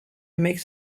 mix